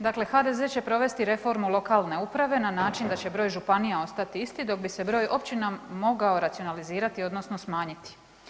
Dakle, HDZ će provesti reformu lokalne uprave na način da će broj županija ostati isti dok bi se broj općina mogao racionalizirati odnosno smanjiti.